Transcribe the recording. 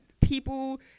people